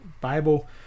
Bible